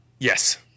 Yes